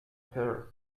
per